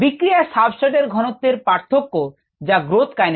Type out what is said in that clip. বিক্রিয়ার সাবস্ট্রেট এর ঘনত্তের পার্থক্য যা growth kinetics